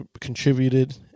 contributed